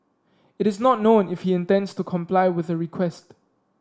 it is not known if he intends to comply with the request